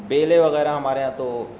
بیلیں وغیرہ ہمارے یہاں تو